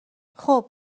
خوب